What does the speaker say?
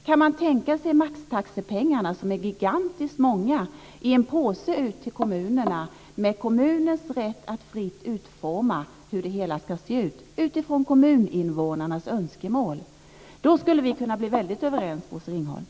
Kan man tänka sig maxtaxepengarna, som är gigantiskt många, i en påse ut till kommunerna med kommunens rätt att fritt utforma hur det hela ska se ut utifrån kommuninvånarnas önskemål? Då skulle vi kunna bli verkligen överens, Bosse Ringholm.